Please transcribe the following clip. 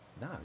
No